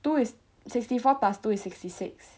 two is sixty four plus two is sixty six